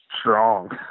strong